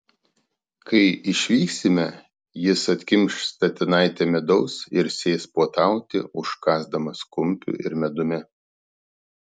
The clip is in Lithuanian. kai išvyksime jis atkimš statinaitę midaus ir sės puotauti užkąsdamas kumpiu ir medumi